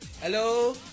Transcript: Hello